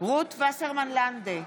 רות וסרמן לנדה,